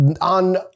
on